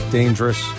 dangerous